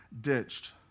ditched